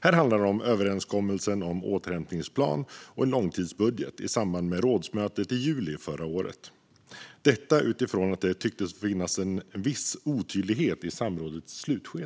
Här handlar det om överenskommelsen om återhämtningsplan och långtidsbudget i samband med rådsmötet i juli förra året, detta utifrån att det tycks ha funnits en viss otydlighet i samrådets slutskede.